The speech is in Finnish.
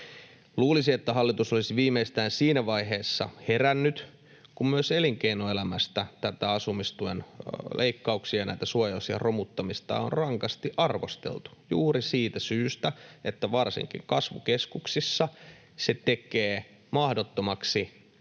Luulisi, että hallitus olisi viimeistään siinä vaiheessa herännyt, kun myös elinkeinoelämästä näitä asumistuen leikkauksia ja näiden suojaosien romuttamista on rankasti arvosteltu juuri siitä syystä, että varsinkin kasvukeskuksissa se tekee mahdottomaksi